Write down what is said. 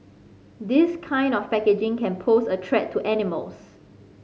this kind of packaging can pose a track to animals